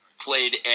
played